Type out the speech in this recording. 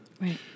Right